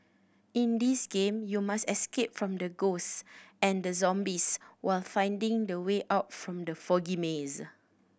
in this game you must escape from the ghosts and the zombies while finding the way out from the foggy maze